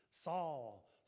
Saul